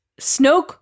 Snoke